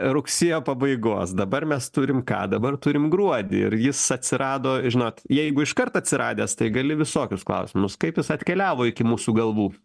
rugsėjo pabaigos dabar mes turim ką dabar turim gruodį ir jis atsirado žinot jeigu iškart atsiradęs tai gali visokius klausimus kaip jis atkeliavo iki mūsų galvų